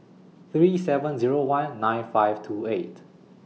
three seven Zero one nine five two eight